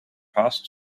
passed